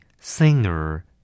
singer